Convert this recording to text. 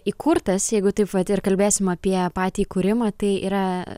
įkurtas jeigu taip vat ir kalbėsim apie patį įkūrimą tai yra